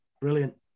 Brilliant